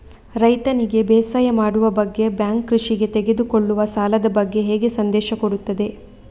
ರೈತನಿಗೆ ಬೇಸಾಯ ಮಾಡುವ ಬಗ್ಗೆ ಬ್ಯಾಂಕ್ ಕೃಷಿಗೆ ತೆಗೆದುಕೊಳ್ಳುವ ಸಾಲದ ಬಗ್ಗೆ ಹೇಗೆ ಸಂದೇಶ ಕೊಡುತ್ತದೆ?